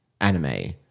anime